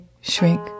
shrink